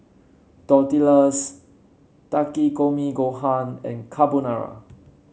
Tortillas Takikomi Gohan and Carbonara